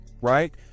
right